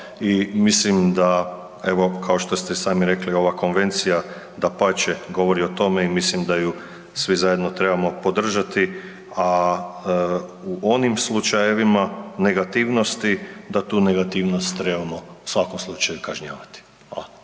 i mislim da evo kao što ste i sami rekli, ova konvencija dapače govori o tome i mislim da ju svi zajedno trebamo podržati, a u onim slučajevima negativnosti da tu negativnost trebamo u svakom slučaju kažnjavati. Hvala.